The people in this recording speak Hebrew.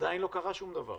עדיין לא קרה שום דבר.